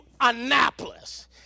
Annapolis